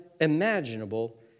imaginable